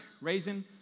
raising